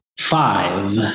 five